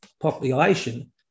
population